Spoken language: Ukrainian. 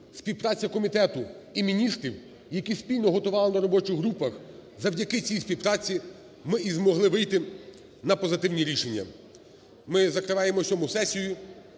співпраця комітету і міністрів, які спільно готували на робочих групах, завдяки цій співпраці ми і змогли вийти на позитивні рішення. Ми закриваємо сьому сесію,